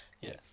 Yes